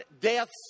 deaths